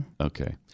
Okay